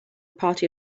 party